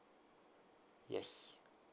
yes